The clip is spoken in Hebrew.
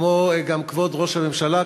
כמו גם כבוד ראש הממשלה,